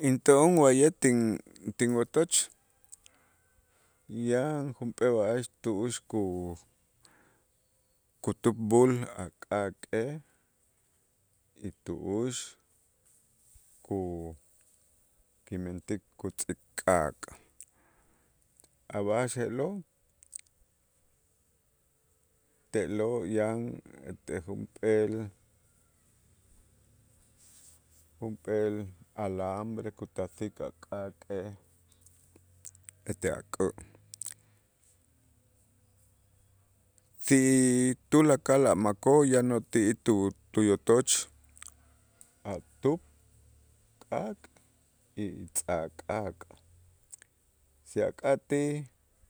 Into'on wa'ye' tin- tinwotoch yan junp'ee b'a'ax tu'ux ku- kutupb'äl a' k'aak'ej y tu'ux ku- kimentik kutz'ik k'aak', a' ba'ax je'lo' te'lo' yan ete junp'eel junp'eel alambre kutasik a' k'aak'ej ete ak'ä', si tulakal a' makoo' yan uti'ij tu- tuyotoch a' tup k'aak' y- y tz'aj k'aak' si ak'atij